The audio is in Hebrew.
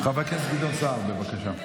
חבר הכנסת גדעון סער, בבקשה.